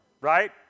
right